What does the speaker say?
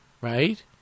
right